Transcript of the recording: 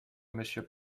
monsieur